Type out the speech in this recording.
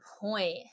point